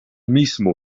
mismo